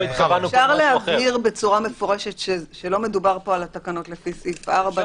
אפשר להבהיר בצורה מפורשת שלא מדובר פה על התקנות לפי סעיף 4,